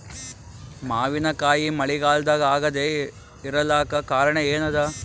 ಮಾವಿನಕಾಯಿ ಮಳಿಗಾಲದಾಗ ಆಗದೆ ಇರಲಾಕ ಕಾರಣ ಏನದ?